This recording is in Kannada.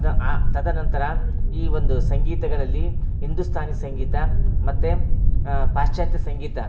ಅದು ಆ ತದನಂತರ ಈ ಒಂದು ಸಂಗೀತಗಳಲ್ಲಿ ಹಿಂದೂಸ್ತಾನಿ ಸಂಗೀತ ಮತ್ತು ಪಾಶ್ಚಾತ್ಯ ಸಂಗೀತ